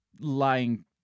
lying